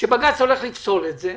שבג"ץ הולך לפסול את זה.